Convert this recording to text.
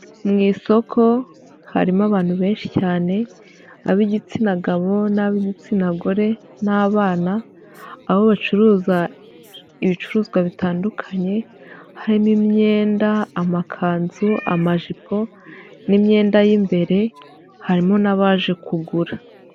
Mu isoko harimo abantu benshi cyane ab'igitsina gabo n'ab'igitsina gore n'bana, aho bacuruza ibicuruzwa bitandukanye harimo imyenda, amakanzu, amajipo n'imyenda y'imbere, harimo n'abaje kugura.